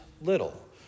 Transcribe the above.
little